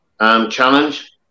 Challenge